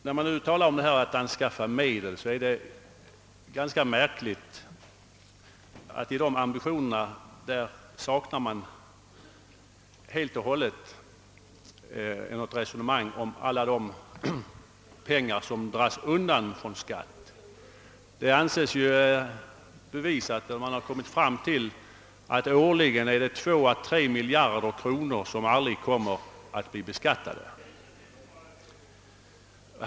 När det talas om behovet av att anskaffa medel för olika utgifter är det ganska märkligt, att det inte säges något om alla de pengar som undandras beskattning. Man har ju kommit fram till att årligen 2 å 3 miljarder kronor aldrig blir beskattade.